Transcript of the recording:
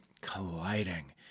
Colliding